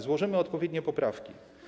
Złożymy odpowiednie poprawki.